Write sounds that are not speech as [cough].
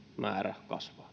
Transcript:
määrä kasvaa [unintelligible]